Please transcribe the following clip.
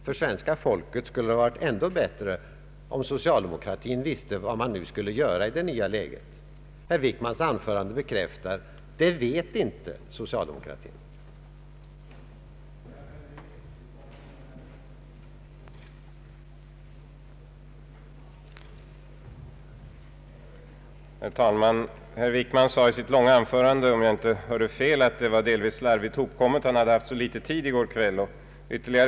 För svenska folket skulle det ha varit ännu bättre om socialdemokratin visste vad man skulle göra i det nya läget. Herr Wickmans anförande bekräftar att socialdemokratin inte vet det.